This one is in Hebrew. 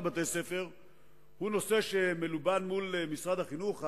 בתי-ספר הוא נושא שמלובן מול משרד החינוך.